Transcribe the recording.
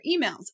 emails